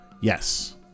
yes